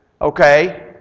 Okay